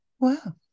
Wow